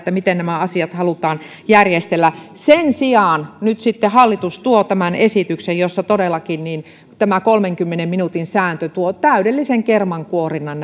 miten nämä asiat halutaan järjestellä sen sijaan nyt sitten hallitus tuo tämän esityksen jossa todellakin tämä kolmenkymmenen minuutin sääntö tuo täydellisen kermankuorinnan